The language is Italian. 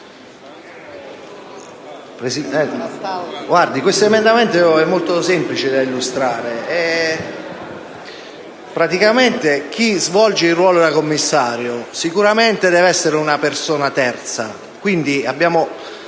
Presidente, l'emendamento 1.14 è molto semplice da illustrare: praticamente chi svolge il ruolo di commissario sicuramente deve essere una persona terza; abbiamo